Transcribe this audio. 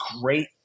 great